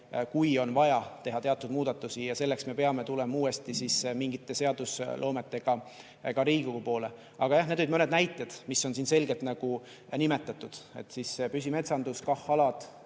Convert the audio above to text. kui on vaja teha teatud muudatusi? Selleks me peame tulema uuesti mingite seadustega ka Riigikogu poole. Aga jah, need olid mõned näited, mis on siin selgelt nimetatud: püsimetsandus, KAH-alad,